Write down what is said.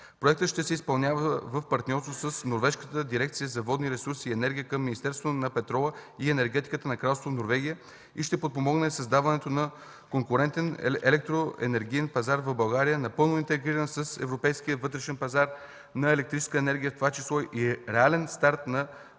Проектът ще се изпълнява в партньорство с Норвежката дирекция за водни ресурси и енергия към Министерството на петрола и енергетиката на Кралство Норвегия и ще подпомогне създаването на конкурентен електроенергиен пазар в България, напълно интегриран с Европейския вътрешен пазар на електрическа енергия, в това число и реален старт на